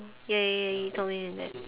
ya ya ya ya you told me that